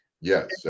Yes